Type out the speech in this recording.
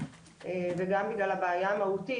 וגם בגלל הבעיה המהותית,